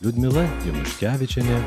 liudmila januškevičienė